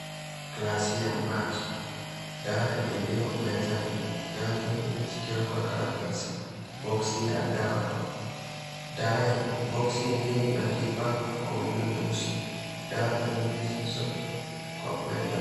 Glasi ya maji. Dawa ilio mezani dawa zingine zikiwa kwa karatasi. boxi boxi yenyewe imeandikwa kwa wino nyeusi. dawa zingine zilizoko mezani .